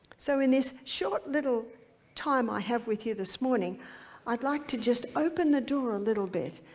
so in this short little time i have with you this morning i'd like to just open the door a little bit,